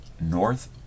North